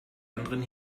anderen